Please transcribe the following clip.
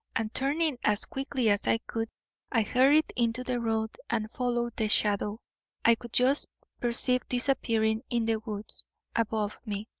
and turning as quickly as i could i hurried into the road and followed the shadow i could just perceive disappearing in the woods above me.